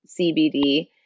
CBD